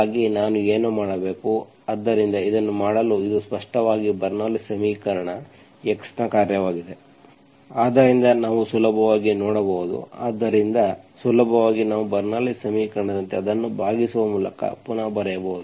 ಹಾಗಾಗಿ ನಾನು ಏನು ಮಾಡಬೇಕು ಆದ್ದರಿಂದ ಇದನ್ನು ಮಾಡಲು ಇದು ಸ್ಪಷ್ಟವಾಗಿ ಬರ್ನೌಲ್ಲಿಸ್bernoullis ಸಮೀಕರಣ x ನ ಕಾರ್ಯವಾಗಿದೆ ಆದ್ದರಿಂದ ನಾವು ಸುಲಭವಾಗಿ ನೋಡಬಹುದು ಆದ್ದರಿಂದ ಸುಲಭವಾಗಿ ನಾವು ಬರ್ನೌಲ್ಲಿಸ್bernoullis ಸಮೀಕರಣದಂತೆ ಅದನ್ನು ಭಾಗಿಸುವ ಮೂಲಕ ಪುನಃ ಬರೆಯಬಹುದು